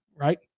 right